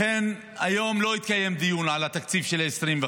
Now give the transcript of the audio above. לכן היום לא התקיים דיון על התקציב של 2025,